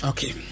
Okay